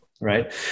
Right